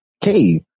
cave